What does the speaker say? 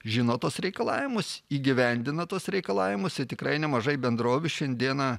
žino tuos reikalavimus įgyvendina tuos reikalavimus ir tikrai nemažai bendrovių šiandieną